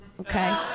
okay